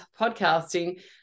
podcasting